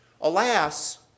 Alas